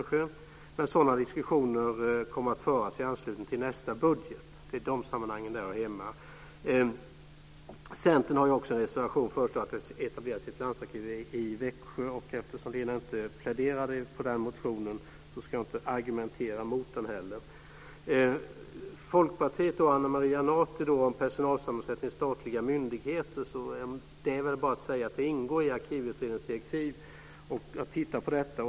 Sådana diskussioner kommer att föras i anslutning till nästa budget. Det är i de sammanhangen det hör hemma. Centern har också i en reservation föreslagit att det etableras ett landsarkiv i Växjö. Eftersom Lena Ek inte pläderade för den motionen ska jag inte argumentera mot den heller. Folkpartiet och Ana Maria Narti tog upp frågan personalsammansättningen i statliga myndigheter. Det ingår i Arkivutredningens direktiv att titta på detta.